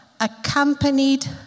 accompanied